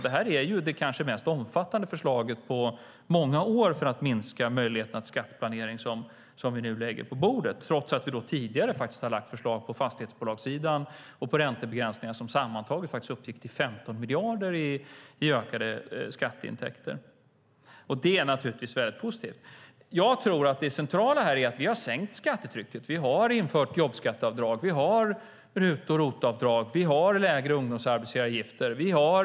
Det här är kanske det mest omfattande förslaget på många år för att minska möjligheten att skatteplanera, som vi nu lägger på bordet, trots att vi tidigare har lagt fram förslag på fastighetsbolagssidan och på räntebegränsningar som sammantaget uppgick till 15 miljarder i ökade skatteintäkter. Det är naturligtvis väldigt positivt. Jag tror att det centrala är att vi har sänkt skattetrycket. Vi har infört jobbskatteavdrag. Vi har RUT och ROT-avdrag. Vi har lägre arbetsgivaravgifter för ungdomar.